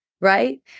Right